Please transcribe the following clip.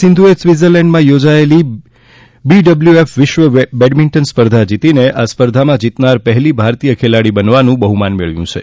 સિંધુએ સ્વિત્ઝરલેન્ડમાં યોજાયેલી બીડબલ્યુએફ વિશ્વ બેડમિન્ટન સ્પર્ધા જીતીને આ સ્પર્ધા જીતનાર પહેલી ભારતીય ખેલાડી બનવાનું બહુમાન મેળવ્યું છે